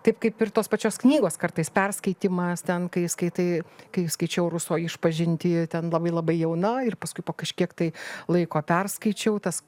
taip kaip ir tos pačios knygos kartais perskaitymas ten kai skaitai kai skaičiau ruso išpažintį ten labai labai jauna ir paskui po kažkiek tai laiko perskaičiau tas